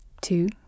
Two